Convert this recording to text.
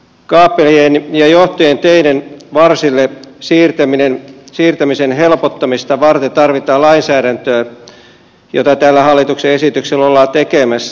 kaapelien ja johtojen teiden varsille siirtämisen helpottamista varten tarvitaan lainsäädäntöä jota tällä hallituksen esityksellä ollaan tekemässä